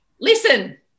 listen